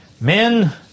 Men